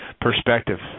perspective